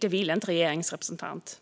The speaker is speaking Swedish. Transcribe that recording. Det ville inte regeringens representant.